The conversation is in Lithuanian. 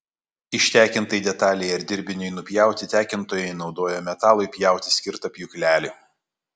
ištekintai detalei ar dirbiniui nupjauti tekintojai naudoja metalui pjauti skirtą pjūklelį